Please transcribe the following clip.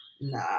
Nah